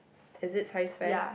is it Science fair